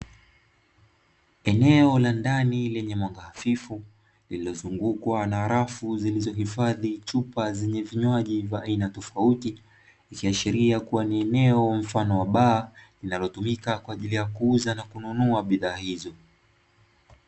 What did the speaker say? Eneo la ndani lenye mwanga hafifu, lililozungukwa na rafu zilizohifadhi chupa zenye vinywaji vya aina tofauti, ikiashiria kuwa ni eneo mfano wa baa inayotumika kwa ajili ya kuuza na kununua bidhaa hizo.